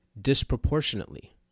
disproportionately